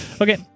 Okay